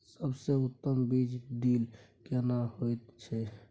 सबसे उत्तम बीज ड्रिल केना होए छै?